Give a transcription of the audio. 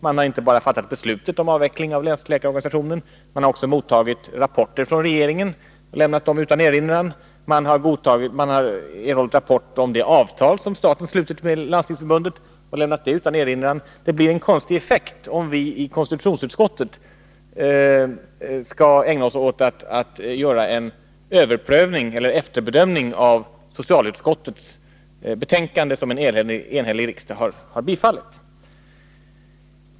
Man har inte bara fattat beslutet om avveckling av länsläkarorganisationen, man har också mottagit rapporter från regeringen och lämnat dem utan erinran och man har erhållit rapport om det avtal som staten slutit med Landstingsförbundet och lämnat det utan erinran. Det blir en konstig effekt, om vi i konstitutionsutskottet skall ägna oss åt att göra en överprövning eller efterbedömning av socialutskottets betänkande, som en enhällig riksdag har bifallit.